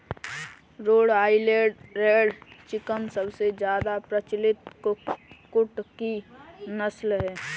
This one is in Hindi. रोड आईलैंड रेड चिकन सबसे ज्यादा प्रचलित कुक्कुट की नस्ल है